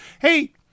Hey